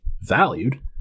valued